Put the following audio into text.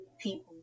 people